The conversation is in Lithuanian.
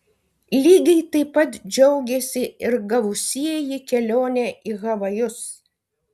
lygiai taip pat džiaugėsi ir gavusieji kelionę į havajus